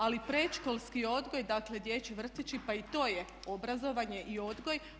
Ali predškolski odgoj, dakle dječji vrtići, pa i to je obrazovanje i odgoj.